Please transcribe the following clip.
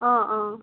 অঁ অঁ